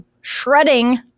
shredding